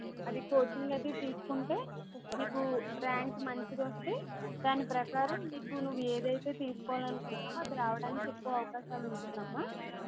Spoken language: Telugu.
అది కోచింగ్ అది తీసుకుంటే నీకు ర్యాంక్ మంచిగా వస్తే దాని ప్రకారం నీకు నువ్వు ఏదైతే తీసుకోవాలి అనుకుంటున్నావో అది రావడానికి ఎక్కువ అవకాశాలు ఉంటుంది అమ్మా